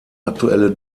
aktuelle